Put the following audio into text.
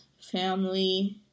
family